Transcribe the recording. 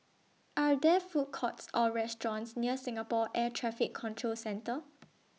Are There Food Courts Or restaurants near Singapore Air Traffic Control Centre